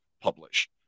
publish